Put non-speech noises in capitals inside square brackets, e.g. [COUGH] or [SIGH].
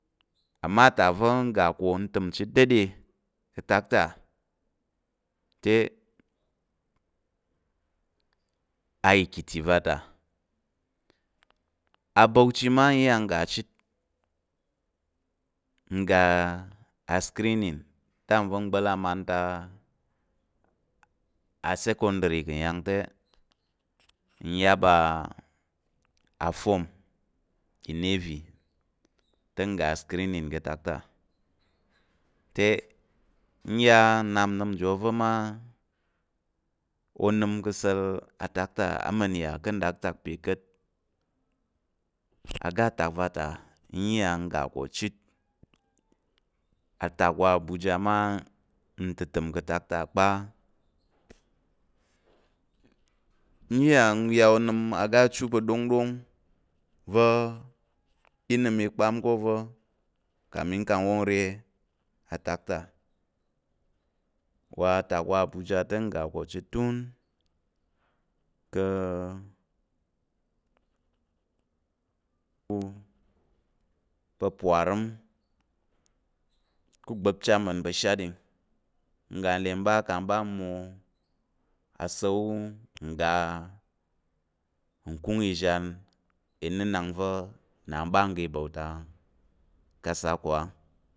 Amma atak va̱ n ga ko ntəm chit dade ka̱ atak te aekiti va ta, abauchi mma n iya n ga chit n ga- a ascreening atime va̱ ngba̱l amanta á asecondary ka̱ nyang te n yap aform inavy te n ya nnap nəm njo oza̱ ma onəm ka̱ asa̱l atak ta ama̱n n yà ká̱ ndaktak pe ka̱t oga atak va ta n iya n iya n ga ko chit. Atak wa abuja mma ntətəm ka̱ atak kpa, n iya n ya onəm oga achu pa̱ ɗongɗong, n iya n nəm ikpam ká̱ ova̱ kamin kang n wong nre atak ta, wa atak wa abuja n ga ká̱ chit tun ka̱ [UNINTELLIGIBLE] shatɗing n ga n le kang ɓa mwo asa̱l- wu ngga nkung ìzhaninənang va̱ nna n ɓa n ga i bauta kasa ko á